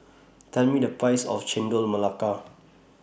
Tell Me The Price of Chendol Melaka